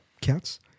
cats